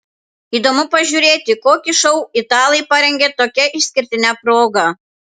įdomu pažiūrėti kokį šou italai parengė tokia išskirtine proga